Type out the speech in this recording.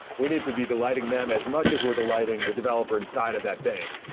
we need to be delighting them as much as we're delighting the developer inside of that bank.